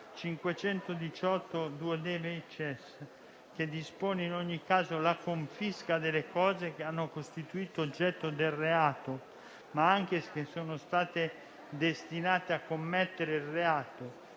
il 518- *undecies*, che dispone in ogni caso la confisca delle cose che hanno costituito oggetto del reato, o sono state destinate a commettere il reato,